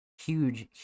Huge